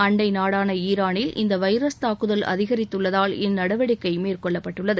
அண்டை நாடான ஈரானில் இந்த வைரஸ் தாக்குதல் அதிகரித்துள்ளதால் இந்நடவடிக்கை மேற்கொள்ளப்டட்டுள்ளது